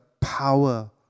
power